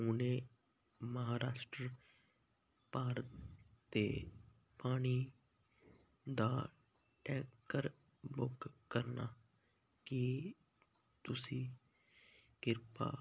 ਪੁਣੇ ਮਹਾਰਾਸ਼ਟਰ ਭਾਰਤ 'ਤੇ ਪਾਣੀ ਦਾ ਟੈਂਕਰ ਬੁੱਕ ਕਰਨਾ ਕੀ ਤੁਸੀਂ ਕਿਰਪਾ